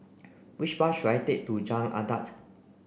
which bus should I take to Jalan Adat